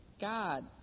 God